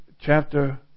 chapter